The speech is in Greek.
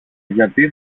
γιατί